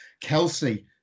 Kelsey